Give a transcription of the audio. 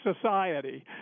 society